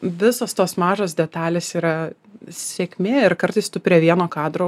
visos tos mažos detalės yra sėkmė ir kartais tu prie vieno kadro